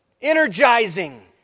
energizing